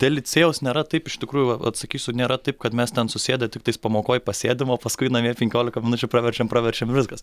dėl licėjaus nėra taip iš tikrųjų atsakysiu nėra taip kad mes ten susėdę tiktais pamokoj pasėdim o paskui namie penkiolika minučių praverčiam praverčiam ir viskas